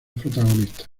protagonistas